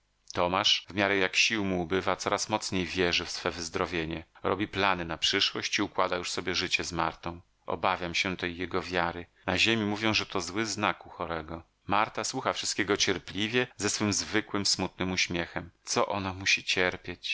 tomasz w miarę jak sił mu ubywa coraz mocniej wierzy w swe wyzdrowienie robi plany na przyszłość i układa już sobie życie z martą obawiam się tej jego wiary na ziemi mówią że to zły znak u chorego marta słucha wszystkiego cierpliwie ze swym zwyktym smutnym uśmiechem co ona musi cierpieć